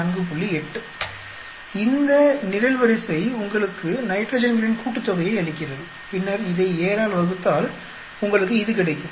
8 இந்த நிரல்வரிசை உங்களுக்கு நைட்ரஜன்களின் கூட்டுத்தொகையை அளிக்கிறது பின்னர் இதை 7 ஆல் வகுத்தால் உங்களுக்கு இது கிடைக்கும்